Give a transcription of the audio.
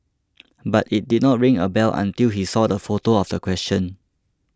but it did not ring a bell until he saw the photo of the question